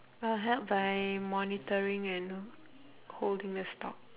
I'll help by monitoring and holding the stop